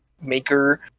maker